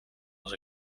als